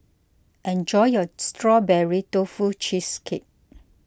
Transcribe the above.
enjoy your Strawberry Tofu Cheesecake